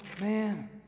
man